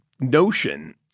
notion